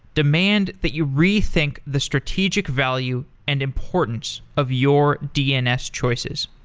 demand that you rethink the strategic value and importance of your dns choices.